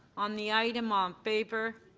on the item um favor.